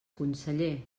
conseller